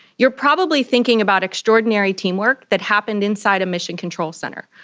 you're probably thinking about extraordinary teamwork that happened inside a mission control centre,